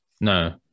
No